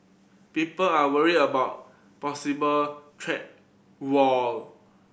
people are worried about possible trade war